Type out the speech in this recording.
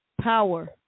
Power